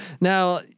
Now